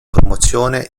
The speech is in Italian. promozione